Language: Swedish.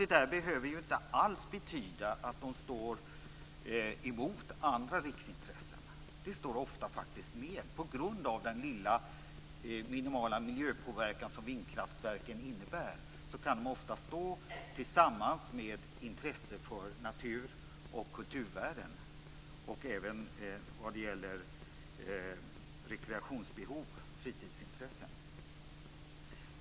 Det behöver ju inte alls betyda att de står mot andra riksintressen. På grund av den minimala miljöpåverkan som vindkraftverken innebär kan de ofta stå tillsammans med intressen för natur och kulturvärden och även med rekreationsbehov och fritidsintressen.